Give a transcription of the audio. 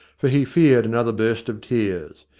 for he feared another burst of tears.